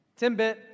Timbit